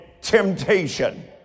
temptation